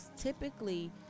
typically